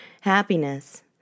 happiness